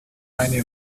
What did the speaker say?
eine